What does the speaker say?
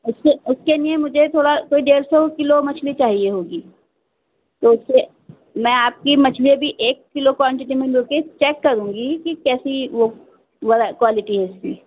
اس کے اس کے لیے مجھے تھوڑا کوئی ڈیڑھ سو کلو مچھلی چاہیے ہوگی تو اس کے میں آپ کی مچھلی ابھی ایک کلو کونٹٹی میں لوں گی چیک کروں گی کہ کیسی وہ کوالٹی ہے